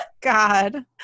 God